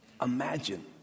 Imagine